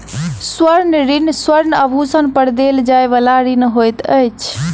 स्वर्ण ऋण स्वर्ण आभूषण पर देल जाइ बला ऋण होइत अछि